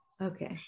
Okay